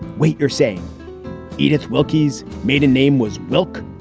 wait, you're saying edith wilkie's maiden name was wilcke?